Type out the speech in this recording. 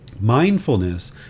Mindfulness